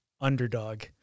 underdog